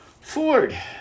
Ford